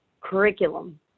curriculum